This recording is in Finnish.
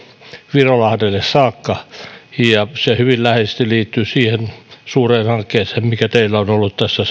virolahdelle saakka se hyvin läheisesti liittyy siihen suureen hankkeeseen mikä teillä on on ollut tässä